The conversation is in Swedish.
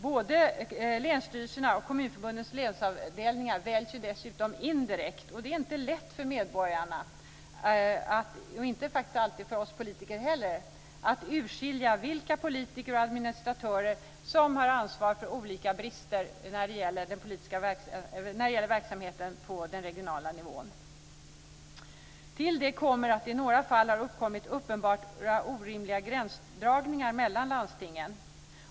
Både länsstyrelserna och Kommunförbundets länsavdelningar väljs dessutom indirekt, och det är inte lätt för medborgarna - och inte alltid för oss politiker heller - att urskilja vilka politiker och administratörer som har ansvar för olika brister när det gäller verksamheten på den regionala nivån. Till det kommer att det i några fall har uppkommit uppenbart orimliga gränsdragningar mellan landstingen.